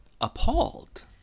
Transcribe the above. appalled